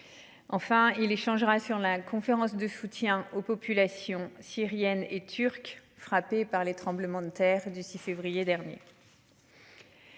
Enfin il échangera sur la conférence de soutien aux populations syriennes et turques frappés par les tremblements de terre du 6 février dernier.